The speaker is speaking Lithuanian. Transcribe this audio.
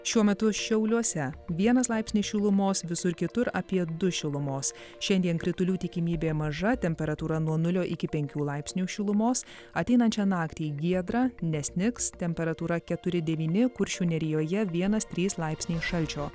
šiuo metu šiauliuose vienas laipsnis šilumos visur kitur apie du šilumos šiandien kritulių tikimybė maža temperatūra nuo nulio iki penkių laipsnių šilumos ateinančią naktį giedra nesnigs temperatūra keturi devyni kuršių nerijoje vienas trys laipsniai šalčio